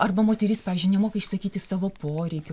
arba moteris pavyzdžiui nemoka išsakyti savo poreikių